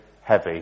heavy